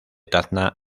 tacna